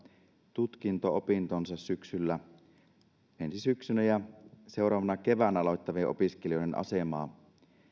tutkinto opintonsa ensi syksynä ja seuraavana keväänä aloittavien opiskelijoiden asemaa